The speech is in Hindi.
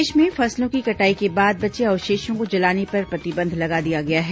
प्रदेश में फसलों की कटाई के बाद बचे अवशेषों को जलाने पर प्रतिबंध लगा दिया गया है